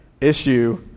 issue